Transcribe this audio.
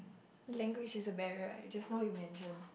language is a barrier right just now you mention